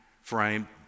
frame